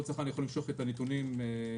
כל צרכן יכול למשוך את הנתונים בעצמו.